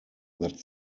that